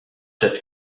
cette